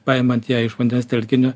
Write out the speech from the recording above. paimant ją iš vandens telkinio